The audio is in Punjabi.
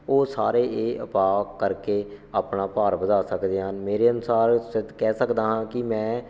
ਉਹ ਸਾਰੇ ਇਹ ਉਪਾਅ ਕਰਕੇ ਆਪਣਾ ਭਾਰ ਵਧਾ ਸਕਦੇ ਹਨ ਮੇਰੇ ਅਨੁਸਾਰ ਸ ਕਹਿ ਸਕਦਾ ਹਾਂ ਕਿ ਮੈਂ